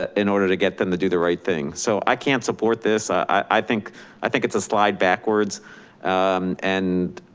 ah in order to get them to do the right thing. so i can't support this. i think i think it's a slide backwards and